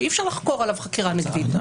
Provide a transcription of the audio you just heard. שאי-אפשר לחקור עליו חקירה נגדית.